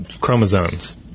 chromosomes